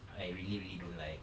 I really really don't like